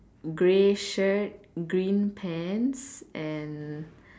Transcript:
grey shirt green pants and